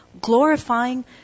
glorifying